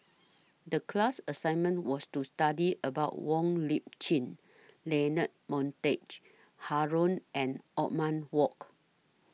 The class assignment was to study about Wong Lip Chin Leonard Montague Harrod and Othman Wok